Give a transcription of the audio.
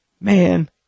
man